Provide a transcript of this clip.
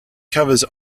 covers